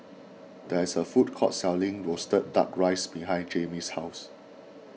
there is a food court selling Roasted Duck Rice behind Jaimie's house